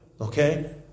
Okay